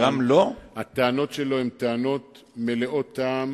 הטענות שלו הן טענות מלאות טעם,